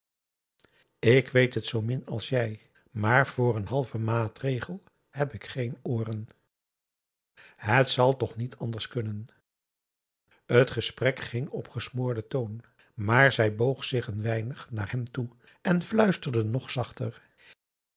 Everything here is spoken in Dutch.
ik weet het zoomin als jij maar voor een halven maatregel heb ik geen ooren het zal toch niet anders kunnen t gesprek ging op gesmoorden toon maar zij boog zich een weinig naar hem toe en fluisterde nog zachter